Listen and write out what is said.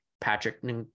Patrick